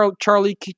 Charlie